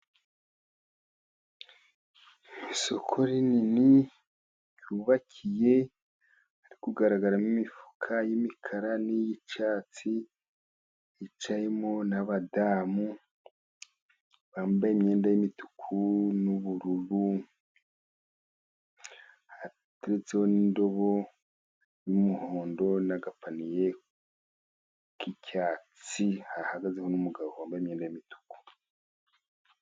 Isoko rinini ryubakiye hari kugaragaramo imifuka y'imikara, ni iy'icyatsi, hicayemo n'abadamu bambaye imyenda y'imituku n'ubururu, hateretseho n'indobo y'umuhondo n'agapaniye k'icyatsi, hahagazeho n'umugabo wambaye imyenda imituku.